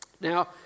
Now